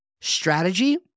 strategy